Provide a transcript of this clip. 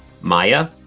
Maya